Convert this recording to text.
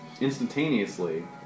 Instantaneously